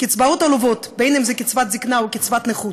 קצבאות עלובות, אם קצבת זיקנה או קצבת נכות,